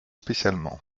spécialement